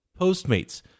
Postmates